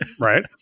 Right